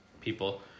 people